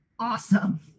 awesome